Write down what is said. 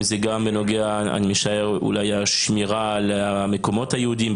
זה גם בנוגע לשמירה על המקומות היהודיים,